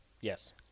Yes